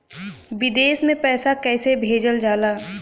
विदेश में पैसा कैसे भेजल जाला?